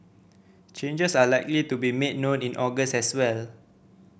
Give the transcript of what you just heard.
changes are likely to be made known in August as well